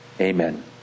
Amen